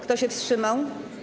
Kto się wstrzymał?